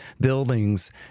buildings